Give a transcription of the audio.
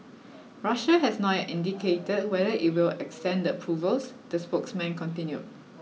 Russia has not yet indicated whether it will extend the approvals the spokesman continued